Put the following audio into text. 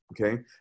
okay